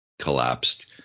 collapsed